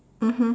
mmhmm